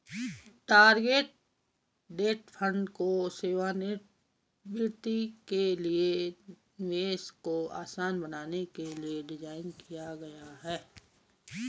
target date fund को सेवानिवृत्ति के लिए निवेश को आसान बनाने के लिए डिज़ाइन किया गया है